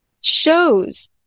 shows